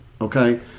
Okay